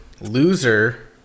Loser